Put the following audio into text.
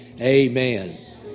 Amen